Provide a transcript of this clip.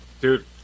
Dude